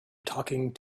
talking